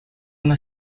una